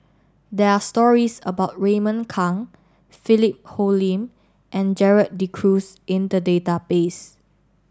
there are stories about Raymond Kang Philip Hoalim and Gerald De Cruz in the database